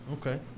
Okay